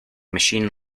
machine